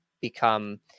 become